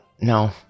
No